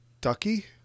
ducky